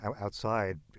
outside